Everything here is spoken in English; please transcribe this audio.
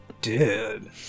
Dude